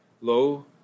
Lo